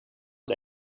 het